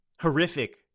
horrific